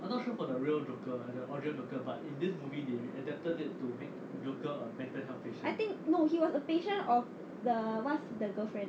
I think no he was a patient of the what's his the girlfriend